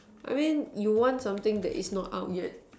I mean you want something that is not up yet